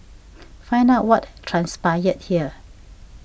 find out what transpired here